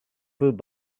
food